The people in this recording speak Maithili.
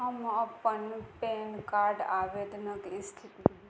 हम अपन पैन कार्ड आवेदनके इस्थिति